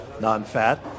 Non-fat